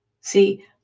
See